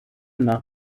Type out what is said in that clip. nach